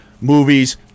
movies